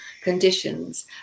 conditions